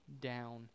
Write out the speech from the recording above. down